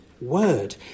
word